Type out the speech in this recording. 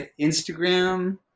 Instagram